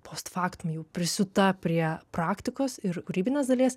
post factum jau prisiūta prie praktikos ir kūrybinės dalies